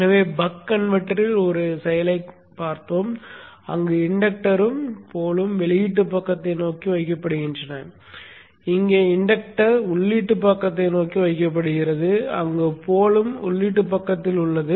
எனவே பக் கன்வெர்ட்டரில் ஒரு செயலைக் கண்டோம் அங்கு இண்டக்டரும் போலும் வெளியீட்டுப் பக்கத்தை நோக்கி வைக்கப்படுகின்றன இங்கே இன்டக்டர் உள்ளீட்டு பக்கத்தை நோக்கி வைக்கப்படுகிறது அங்கு போல் உள்ளீட்டு பக்கத்தில் உள்ளது